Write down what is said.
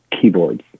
keyboards